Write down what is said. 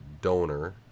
donor